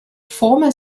former